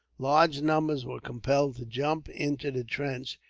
large numbers were compelled to jump into the trench,